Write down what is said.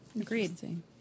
agreed